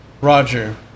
Roger